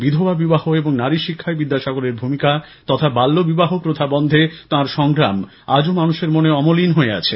বিধবা বিবাহ এবং নারি শিক্ষায় বিদ্যাসাগরের ভূমিকা তথা বাল্যবিবাহ প্রথা বন্ধে তাঁর অবিরত সংগ্রাম আজও মানুষের মনে অমলীন হয়ে আছে